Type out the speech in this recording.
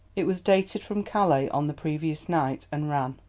it was dated from calais on the previous night, and ran,